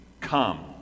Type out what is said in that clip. Come